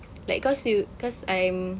like cause you cause I'm